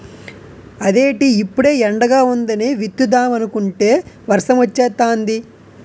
అదేటి ఇప్పుడే ఎండగా వుందని విత్తుదామనుకుంటే వర్సమొచ్చేతాంది